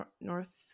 north